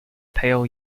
pale